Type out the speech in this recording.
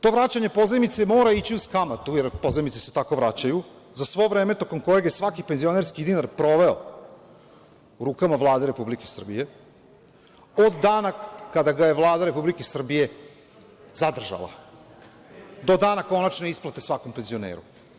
To vraćanje pozajmice mora ići uz kamatu, jer pozajmice se tako vraćaju, za svo vreme tokom kojeg je svaki penzionerski dinar proveo u rukama Vlade Republike Srbije od dana kada ga je Vlada Republike Srbije zadržala do dana konačne isplate svakom penzioneru.